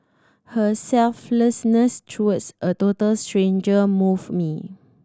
her selflessness towards a total stranger moved me